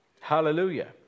Hallelujah